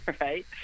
right